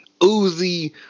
Uzi